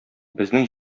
безнең